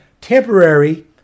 temporary